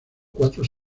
cuatro